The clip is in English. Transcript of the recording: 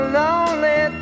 lonely